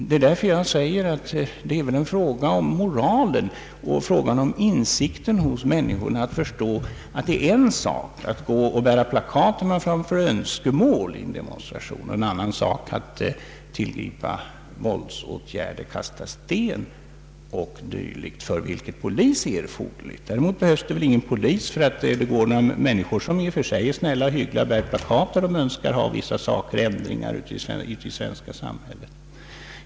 Det är därför jag säger att det är en fråga om moral och om insikt hos människorna att förstå att det är en sak att gå i en demonstration och bära plakat med vissa önskemål och en annan sak att tillgripa våldsåtgärder, kasta sten o. d. som gör att det erfordras polis. Däremot behövs det väl ingen polis därför att det går några i och för sig snälla och hyggliga människor och bär plakat i vilka de framför önskemål om ändringar i det svenska samhället.